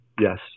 yes